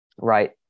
right